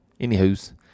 anywho's